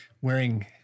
wearing